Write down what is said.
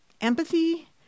empathy